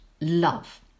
love